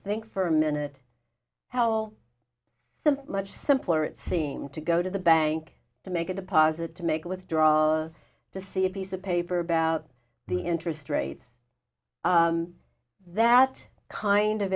think for a minute how so much simpler it seems to go to the bank to make a deposit to make a withdrawal to see a piece of paper about the interest rates that kind of